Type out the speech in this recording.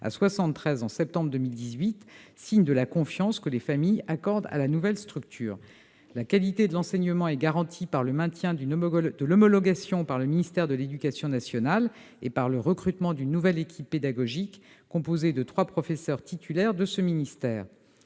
en septembre 2018, signe de la confiance que les familles accordent à la nouvelle structure. La qualité de l'enseignement est garantie par le maintien de l'homologation par le ministère de l'éducation nationale et par le recrutement d'une nouvelle équipe pédagogique composée de trois professeurs titulaires de ce ministère.